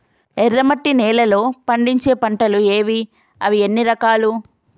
ఎర్రమట్టి నేలలో పండించే పంటలు ఏవి? అవి ఎన్ని రకాలు?